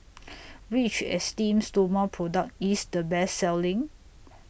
Which Esteem Stoma Product IS The Best Selling